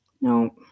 No